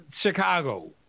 Chicago